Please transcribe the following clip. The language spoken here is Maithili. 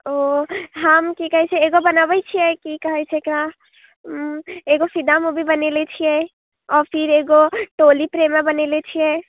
ओ हम कि कहै छै एगो बनऽबै छै की कहै छै का एगो फिदा मूवी बनेने छियै आओर फिर एगो टोलीप्रेमा बलेने छियै